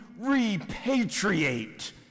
repatriate